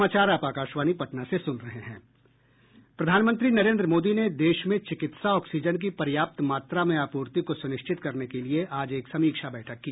प्रधानमंत्री नरेंद्र मोदी ने देश में चिकित्सा ऑक्सीजन की पर्याप्त मात्रा में आपूर्ति को सुनिश्चित करने के लिए आज एक समीक्षा बैठक की